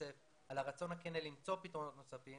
יוסף על הרצון הכנה למצוא פתרונות נוספים